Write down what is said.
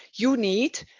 you need